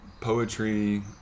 poetry